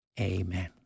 Amen